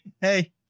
Hey